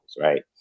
right